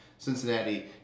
Cincinnati